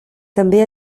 també